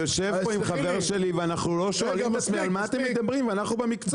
אני יושב פה עם חבר שלי ואנחנו שואלים על מה אתם מדברים אנחנו במקצוע?